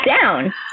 down